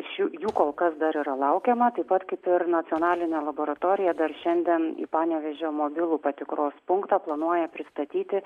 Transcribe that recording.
iš jų jų kol kas dar yra laukiama taip pat kaip ir nacionalinė laboratorija dar šiandien į panevėžio mobilų patikros punktą planuoja pristatyti